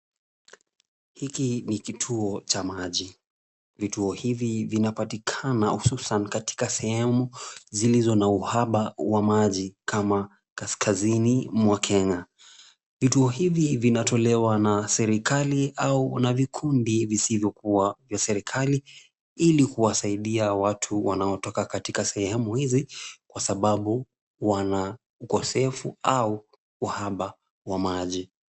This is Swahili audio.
Hiki ni kituo cha maji. Vituo hivi vinapatikana hususan katika sehemu zilizo na uhaba wa maji kama kaskazini, mwa Kenya. Vituo hivi vinatolewa na serikali au na vikundi visivyo kuwa vya serikali ili kuwasaidia watu wanaotoka katika sehemu hizi kwa sababu wana ukosefu au uhaba wa maji.